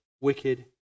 wicked